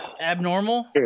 Abnormal